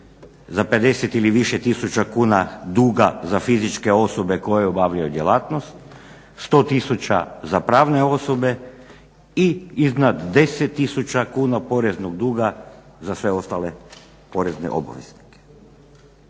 za 50 ili više tisuća kuna za fizičke osobe koje obavljaju djelatnost, 100 tisuća za pravne osobe i iznad 10 tisuća kuna poreznog duga za sve ostale porezne obveze.